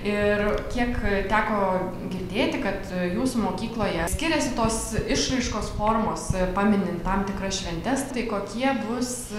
ir kiek teko girdėti kad jūs mokykloje skiriasi tos išraiškos formos pamini tam tikras šventes tai kokie bus